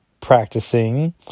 practicing